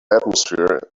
atmosphere